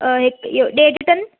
अ इहो ॾेढु टन